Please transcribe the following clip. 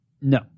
No